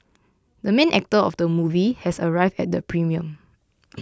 the main actor of the movie has arrived at the premiere